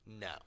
No